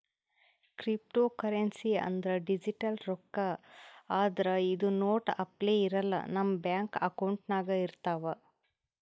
cryptocurrency ಅಂದ್ರ digital ರೊಕ್ಕಾ ಆದ್ರ್ ಇದು ನೋಟ್ ಅಪ್ಲೆ ಇರಲ್ಲ ನಮ್ ಬ್ಯಾಂಕ್ ಅಕೌಂಟ್ನಾಗ್ ಇರ್ತವ್